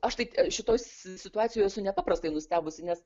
aš tai šitoj situacijoj esu nepaprastai nustebusi nes